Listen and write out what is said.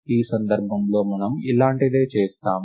ఈ సందర్భంలో మనము ఇలాంటిదే చేస్తాము